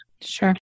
Sure